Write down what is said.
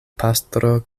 pastro